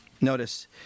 Notice